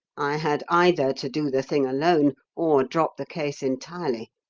i had either to do the thing alone or drop the case entirely.